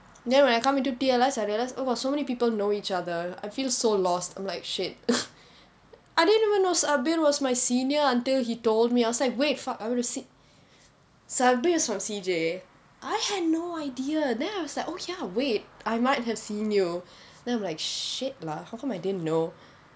then when I come to T_L_S I realised !wah! so many people know each other I feel so lost like shit I didn't even know sabil was my senior until he told me I was like wait fuck I would have seen sabil's from C_J I had no idea then I was like oh ya wait I might have seen you then I'm like shit lah how come I didn't know